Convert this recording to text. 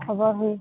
ᱠᱷᱚᱵᱚᱨ ᱦᱩᱭᱩᱜᱼᱟ